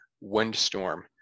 windstorm